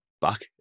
back